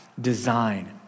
design